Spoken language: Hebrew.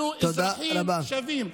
אנחנו אזרחים שווים.